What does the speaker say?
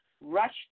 rush